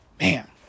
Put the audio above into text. Man